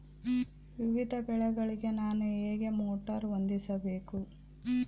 ವಿವಿಧ ಬೆಳೆಗಳಿಗೆ ನಾನು ಹೇಗೆ ಮೋಟಾರ್ ಹೊಂದಿಸಬೇಕು?